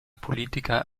politiker